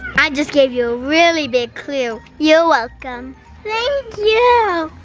i just gave you a really big clue. you're welcome. thank you! no,